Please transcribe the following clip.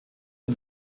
und